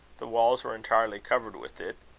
the walls were entirely covered with it,